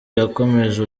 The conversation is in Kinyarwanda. yakomeje